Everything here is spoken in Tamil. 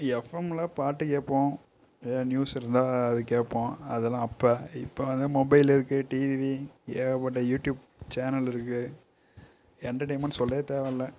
எஃப்எம்ல பாட்டு கேட்போம் எதாவது நியூஸ் இருந்தால் கேட்போம் அதெல்லாம் அப்போ இப்போ வந்து மொபைல் இருக்குது டிவி ஏகப்பட்ட யூடியூப் சேனல் இருக்குது என்டர்டைன்மெண்ட் சொல்லவே தேவை இல்லை